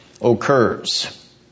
occurs